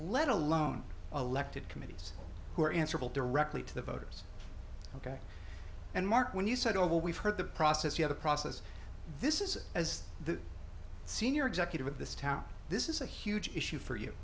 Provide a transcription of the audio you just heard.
let alone elected committees who are answerable directly to the voters ok and mark when you said oh well we've heard the process you have a process this is as the senior executive of this town this is a huge issue for you